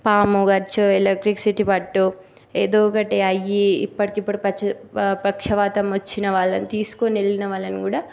పాము కరిచో ఎలక్ట్రిసిటీ పట్టో ఏదో ఒకటి అయి ఇప్పటికి ఇప్పుడు పచ్చ పక్షవాతం వచ్చిన వాళ్ళని తీసుకొని వెళ్ళిన వాళ్ళని కూడా